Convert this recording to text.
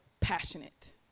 passionate